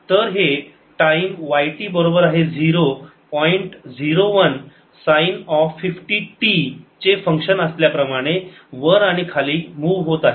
तर हे time y t बरोबर आहे 0 पॉईंट01 साईन ऑफ 50 t चे फंक्शन असल्याप्रमाणे वर आणि खाली मूव्ह होत आहे